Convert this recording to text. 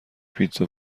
پیتزا